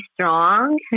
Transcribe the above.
strong